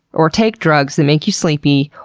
or take drugs that make you sleepy,